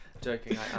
Joking